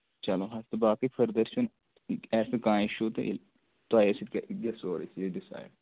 چلو حظ تہٕ باقٕے فٔردر چھُنہٕ اَسہِ کانٛہہ اِشوٗ تہٕ تۄہے سۭتۍ گژھِ سورُے یہِ ڈِسایِڈ